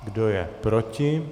Kdo je proti?